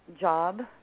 job